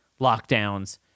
lockdowns